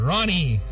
Ronnie